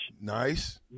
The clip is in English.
Nice